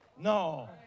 No